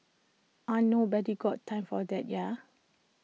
aren't nobody's got time for that ya